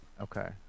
Okay